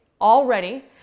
already